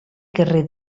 carrer